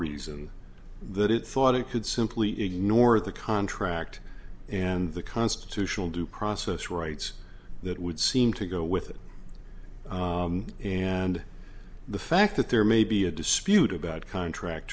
reason that it thought it could simply ignore the contract and the constitutional due process rights that would seem to go with it and the fact that there may be a dispute about contract